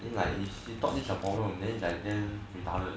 in like he thought this a problem then it's like damn retarded